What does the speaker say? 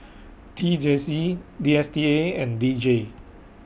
T J C D S T A and D J